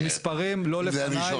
המספרים לא לפני,